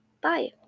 bye